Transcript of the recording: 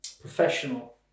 professional